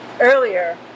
earlier